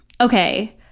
Okay